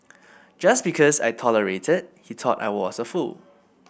just because I tolerated he thought I was a fool